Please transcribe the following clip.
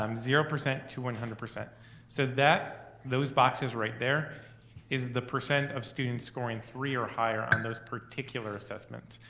um zero percent to one hundred. so that, those boxes right there is the percent of students scoring three or higher on those particular assessments.